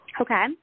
Okay